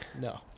No